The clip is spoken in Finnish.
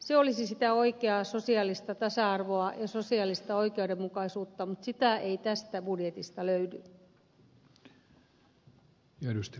se olisi sitä oikeaa sosiaalista tasa arvoa ja sosiaalista oikeudenmukaisuutta mutta sitä ei tästä budjetista löydy